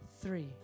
Three